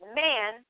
man